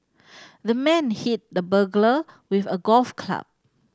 the man hit the burglar with a golf club